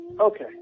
Okay